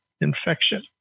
infection